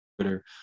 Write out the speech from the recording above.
Twitter